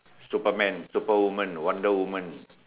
Superman superwoman wonder woman